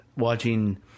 watching